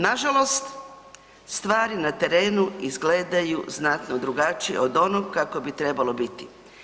Nažalost stvari na terenu izgledaju znatno drugačije od onog kako bi trebalo biti.